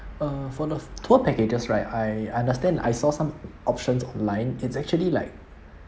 uh for the tour packages right I understand I saw some options online it's actually like